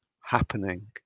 happening